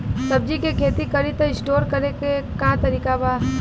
सब्जी के खेती करी त स्टोर करे के का तरीका बा?